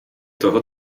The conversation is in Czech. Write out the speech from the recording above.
toho